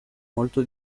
molto